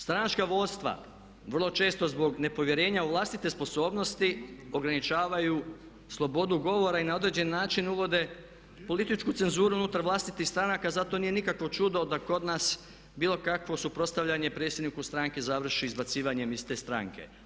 Stranačka vodstva vrlo često zbog nepovjerenja u vlastite sposobnosti ograničavaju slobodu govora i na određeni način uvode političku cenzuru unutar vlastitih stranka zato nije nikakvo čudo da kod nas bilo kakvo suprodstavljanje predsjedniku stranke završi izbacivanjem iz te stranke.